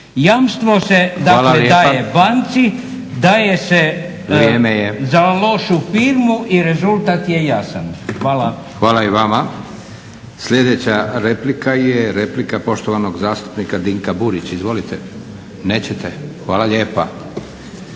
Jamstvo se dakle daje banci, daje se za lošu firmu i rezultat je jasan. Hvala. **Leko, Josip (SDP)** Hvala lijepa. Sljedeća replika je replika poštovanog zastupnika Dinka Burića. Izvolite. Nećete? Hvala lijepa.